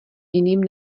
jiným